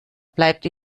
bleibt